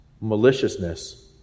maliciousness